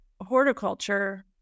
horticulture